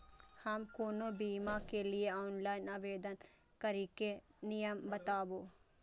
हम कोनो बीमा के लिए ऑनलाइन आवेदन करीके नियम बाताबू?